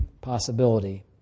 possibility